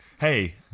hey